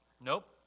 Nope